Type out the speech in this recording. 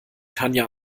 tanja